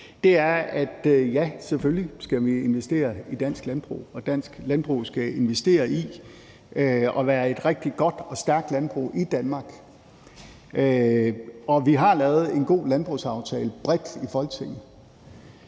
– er, at ja, selvfølgelig skal vi investere i dansk landbrug, og dansk landbrug skal investere i at være et rigtig godt og stærkt landbrug i Danmark. Vi har lavet en god landbrugsaftale bredt i Folketinget.